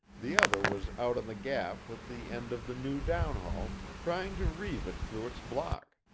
the other was out on the gaff with the end of the new downhaul, trying to reeve it through its block.